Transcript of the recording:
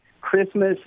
Christmas